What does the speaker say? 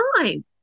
time